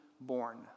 born